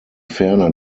ferner